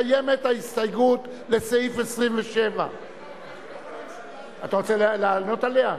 קיימת ההסתייגות לסעיף 27. אתה רוצה לענות עליה?